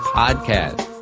podcast